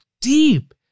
deep